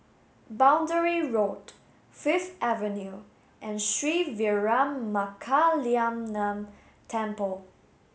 Boundary Road Fifth Avenue and Sri Veeramakaliamman Temple